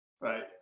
Right